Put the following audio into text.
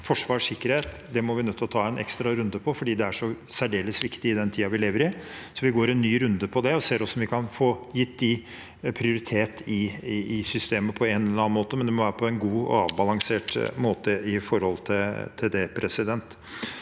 forsvar og sikkerhet er vi nødt til å ta en ekstra runde på, fordi det er særdeles viktig i den tiden vi lever i. Vi går en ny runde på det og ser hvordan vi kan få gitt det prioritet i systemet på en eller annen måte, men det må være på en god og avbalansert måte. Så jeg mener